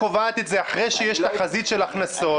אחרי שיש תחזית של הכנסות.